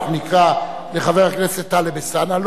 אנחנו נקרא לחבר הכנסת טלב אלסאנע,